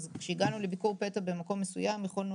וכשהגענו לביקור פתע במקום מסוים יכולנו